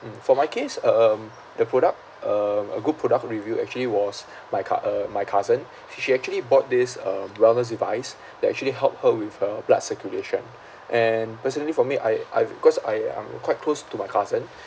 mm for my case um the product um a good product review actually was my cou~ uh my cousin sh~ she actually bought this uh wellness device that actually help her with her blood circulation and personally for me I I cause I I'm quite close to my cousin